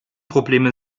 probleme